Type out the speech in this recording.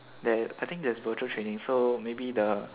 there I think there's virtual trading so maybe the